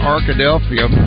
Arkadelphia